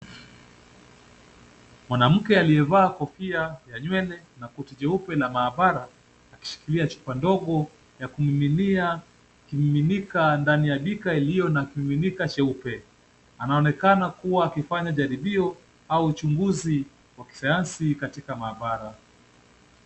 Mwanamke aliyevaa kofia ya nywele na koti jeupe la maabara, akishikilia chupa ndogo ya kumiminia kimiminika ndani ya bika iliyo na kimiminika cheupe. Anaonekana kuwa akifanya jaribio au uchunguzi wa kisayansi katika maabara.